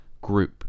group